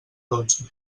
dotze